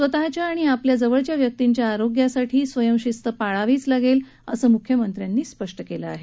स्वतःच्या आणि आपल्या जवळच्या व्यकींच्या आरोग्यासाठी स्वयंशिस्त पाळावीच लागेल असं मुख्यमंत्र्यांनी स्पष्ट केलं आहे